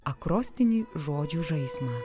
akrostinį žodžių žaismą